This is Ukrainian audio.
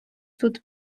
тут